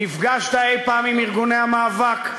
נפגשת אי-פעם עם ארגוני המאבק?